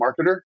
marketer